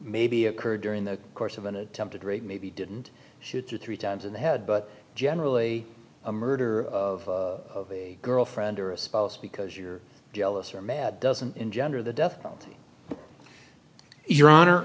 maybe occurred during the course of an attempted rape maybe didn't shoot the three times in the head but generally a murder of a girlfriend or a spouse because you're jealous or mad doesn't engender the death penalty your honor